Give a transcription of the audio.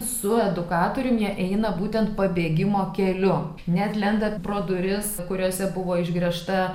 su edukatoriumi jie eina būtent pabėgimo keliu net lenda pro duris kuriose buvo išgręžta